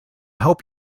hope